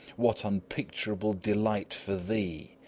what unpicturable delight for thee!